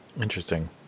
Interesting